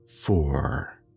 four